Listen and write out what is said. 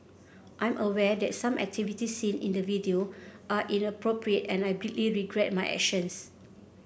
I'm aware that some activities seen in the video are inappropriate and I deeply regret my actions